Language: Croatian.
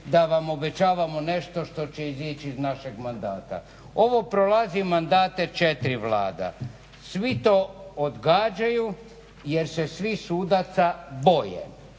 da vam obećavamo nešto što će izići iz našeg mandata. Ovo prolazi mandate četiri Vlada, svi to odgađaju jer se svi sudaca boje,